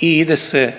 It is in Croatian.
i ide se